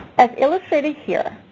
as illustrated here,